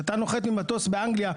כשאתה נוחת עם מטוס באנגליה,